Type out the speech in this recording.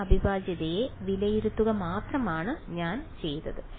ഈ അവിഭാജ്യതയെ വിലയിരുത്തുക മാത്രമാണ് ഞാൻ ചെയ്യേണ്ടത്